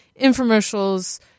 infomercials